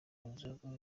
muzungu